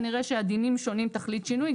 כנראה שהדינים שונים תכלית שינוי,